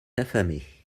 affamés